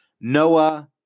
Noah